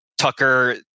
Tucker